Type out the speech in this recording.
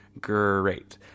Great